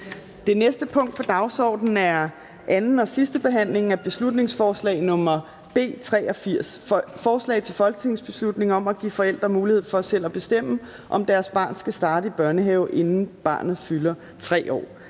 (sidste) behandling af beslutningsforslag nr. B 83: Forslag til folketingsbeslutning om at give forældre mulighed for selv at bestemme, om deres barn skal starte i børnehave, inden barnet fylder 3 år.